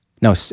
no